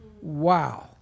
Wow